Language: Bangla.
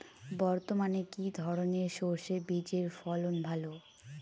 বর্তমানে কি ধরনের সরষে বীজের ফলন ভালো?